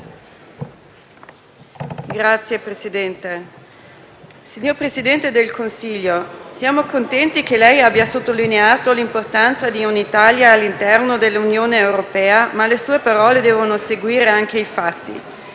signor Presidente del Consiglio, siamo contenti che lei abbia sottolineato l'importanza di un'Italia all'interno dell'Unione europea, ma alle sue parole devono seguire anche i fatti.